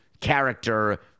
character